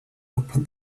open